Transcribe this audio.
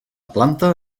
planta